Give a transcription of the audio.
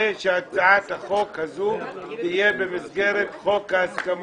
שהצעת החוק הזו תהיה במסגרת חוק ההסכמות.